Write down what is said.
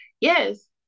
yes